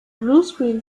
bluescreen